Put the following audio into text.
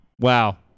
Wow